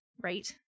right